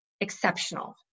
exceptional